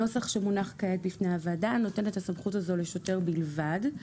הנוסח שמונח כעת בפני הוועדה נותן את הסמכות הזו לשוטר בלבד.